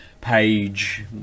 page